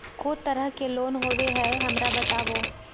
को तरह के लोन होवे हय, हमरा बताबो?